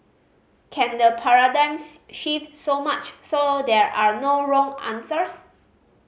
can the paradigm shift so much so there are no wrong answers